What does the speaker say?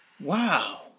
Wow